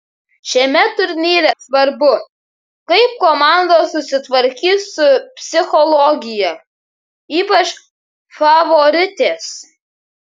šiame turnyre svarbu kaip komandos susitvarkys su psichologija ypač favoritės